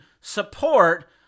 support